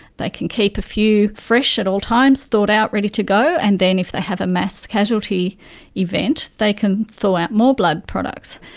they can keep a few fresh at all times, thawed out ready to go, and then if they have a mass casualty event they can thaw out more blood products.